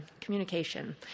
communication